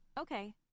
Okay